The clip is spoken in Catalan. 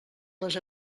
les